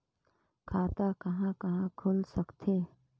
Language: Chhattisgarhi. खाता कहा कहा खुल सकथे?